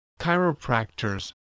chiropractors